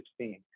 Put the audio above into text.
2016